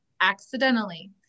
Accidentally